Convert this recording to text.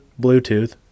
bluetooth